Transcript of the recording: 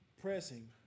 pressing